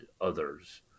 others